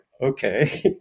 okay